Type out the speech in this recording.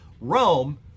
Rome